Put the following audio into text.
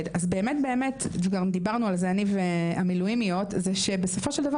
בהן וגם דיברנו על זה אני והמילואימיות היות ובסופו של דבר